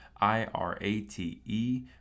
I-R-A-T-E